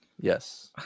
Yes